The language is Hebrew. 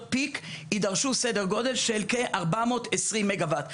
פיק יידרש סדר גודל של כ-420 מגה וואט,